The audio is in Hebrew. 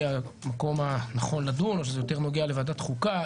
המקום הנכון לדון או שזה יותר נוגע לוועדת חוקה,